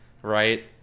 Right